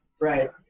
right